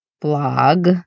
blog